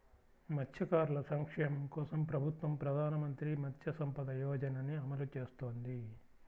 మత్స్యకారుల సంక్షేమం కోసం ప్రభుత్వం ప్రధాన మంత్రి మత్స్య సంపద యోజనని అమలు చేస్తోంది